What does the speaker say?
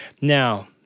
Now